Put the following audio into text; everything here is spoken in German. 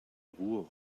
ruhr